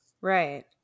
Right